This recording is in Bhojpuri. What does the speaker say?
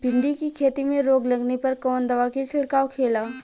भिंडी की खेती में रोग लगने पर कौन दवा के छिड़काव खेला?